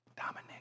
Dominic